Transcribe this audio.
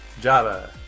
Java